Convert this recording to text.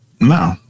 No